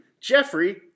Jeffrey